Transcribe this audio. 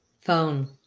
phone